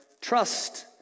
trust